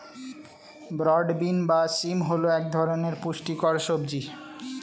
broad bean বা শিম হল এক ধরনের পুষ্টিকর সবজি